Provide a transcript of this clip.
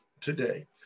today